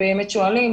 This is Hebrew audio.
שבאמת שואלים.